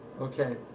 Okay